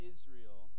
Israel